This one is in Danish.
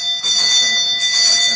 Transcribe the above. Tak